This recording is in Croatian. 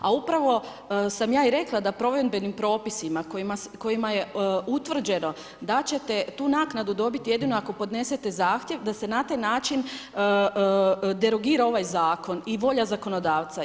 A upravo sam ja i rekla da provedbenim propisima kojima je utvrđeno da ćete tu naknadu dobiti jedino ako podnesete zahtjev, da se na taj način derogira ovaj Zakon i volja zakonodavca.